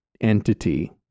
entity